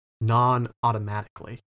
non-automatically